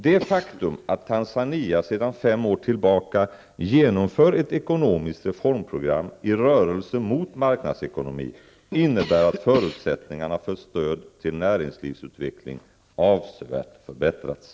Det faktum att Tanzania sedan fem år tillbaka genomför ett ekonomiskt reformprogram i rörelse mot marknadsekonomi innebär att förutsättningarna för stöd till näringslivsutveckling avsevärt förbättras.